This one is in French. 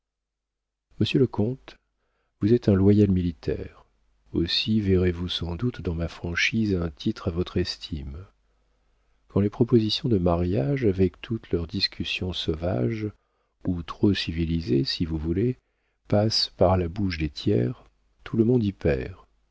monsieur le comte vous êtes un loyal militaire aussi verrez-vous sans doute dans ma franchise un titre à votre estime quand les propositions de mariage avec toutes leurs discussions sauvages ou trop civilisées si vous voulez passent par la bouche des tiers tout le monde y perd